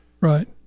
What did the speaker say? Right